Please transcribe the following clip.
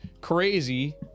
crazy